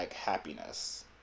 happiness